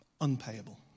Unpayable